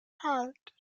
heart